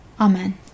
Amen